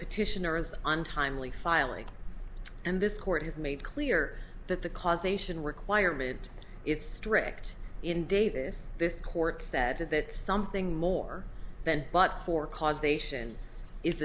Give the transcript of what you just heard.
petitioners on timely filing and this court has made clear that the causation requirement is strict indeed this this court said that something more than but for causation i